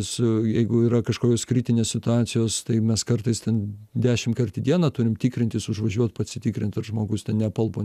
su jeigu yra kažkokios kritinės situacijos tai mes kartais ten dešimkart į dieną turim tikrintis užvažiuot pasitikrint ar žmogus ten neapalpo